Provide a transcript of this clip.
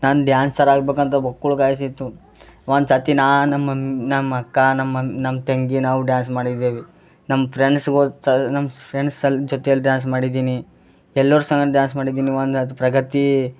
ನಾನು ಡ್ಯಾನ್ಸರ್ ಆಗಬೇಕಂತ ಆಸೆ ಇತ್ತು ಒಂದು ಸರ್ತಿ ನಾನು ನಮ್ಮ ಮಮ್ಮಿ ನಮ್ಮ ಅಕ್ಕ ನಮ್ಮ ಮಮ್ ನಮ್ಮ ತಂಗಿ ನಾವು ಡ್ಯಾನ್ಸ್ ಮಾಡಿದ್ದೇವೆ ನಮ್ಮ ಫ್ರೆಂಡ್ಸ್ ಹೋದ ಸಲ ನಮ್ಮ ಫ್ರೆಂಡ್ಸೆಲ್ಲ ಜೊತೆಯಲ್ಲಿ ಡ್ಯಾನ್ಸ್ ಮಾಡಿದ್ದೀನಿ ಎಲ್ಲರ ಸಂಘನು ಡ್ಯಾನ್ಸ್ ಮಾಡಿದ್ದೀನಿ ಒಂದು ಅದು ಪ್ರಗತಿ